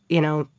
you know,